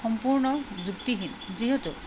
সম্পূৰ্ণ যুক্তিহীন যিহেতু